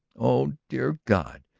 oh, dear god!